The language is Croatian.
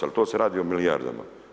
Ali to se radi o milijardama.